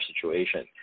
situation